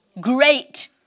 great